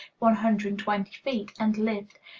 one hundred and twenty feet, and lived.